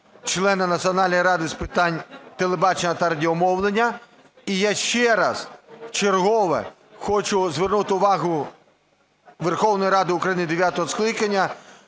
члена Національної ради з питань телебачення та радіомовлення. І я ще раз, вчергове, хочу звернути увагу Верховної Ради України дев'ятого скликання